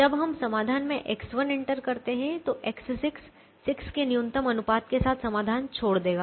जब हम समाधान में X1 इंटर करते हैं तो X6 6 के न्यूनतम अनुपात के साथ समाधान छोड़ देगा